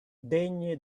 degne